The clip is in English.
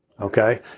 okay